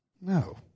No